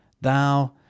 Thou